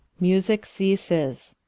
musicke ceases.